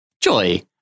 Joy